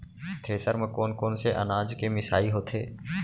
Thresher म कोन कोन से अनाज के मिसाई होथे?